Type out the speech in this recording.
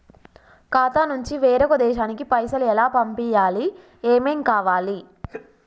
ఖాతా నుంచి వేరొక దేశానికి పైసలు ఎలా పంపియ్యాలి? ఏమేం కావాలి?